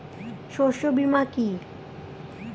শস্য বীমা কি?